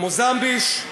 כמו זמביש,